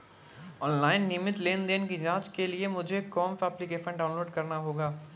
Online नियमित लेनदेन की जांच के लिए मुझे कौनसा एप्लिकेशन डाउनलोड करना होगा?